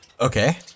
Okay